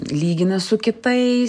lygina su kitais